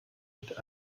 mit